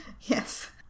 Yes